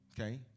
Okay